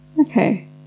Okay